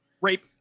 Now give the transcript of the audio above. rape